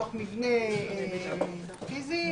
בתוך מבנה פיזי,